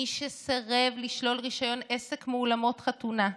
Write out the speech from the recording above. מי שסירב לשלול רישיון עסק מאולמות חתונה,